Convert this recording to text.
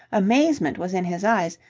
amazement was in his eyes,